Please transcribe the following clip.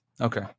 okay